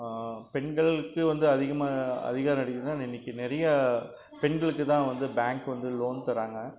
பெண்களுக்கு வந்து அதிகமாக அதிகா ம் கிடைக்கிதுனா இன்றைக்கி நிறைய பெண்களுக்குதான் வந்து பேங்க் வந்து லோன் தராங்க